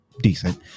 decent